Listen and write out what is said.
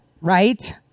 right